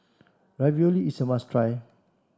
Ravioli is a must try